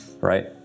right